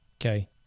Okay